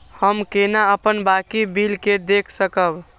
हम केना अपन बाकी बिल के देख सकब?